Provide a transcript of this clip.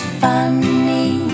funny